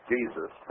Jesus